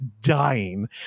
dying